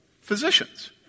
physicians